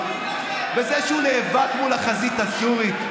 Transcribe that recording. בזה שהוא נאבק מול החזית הסורית?